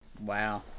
Wow